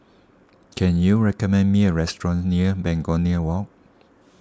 can you recommend me a restaurant near Begonia Walk